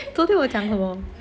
昨天我讲什么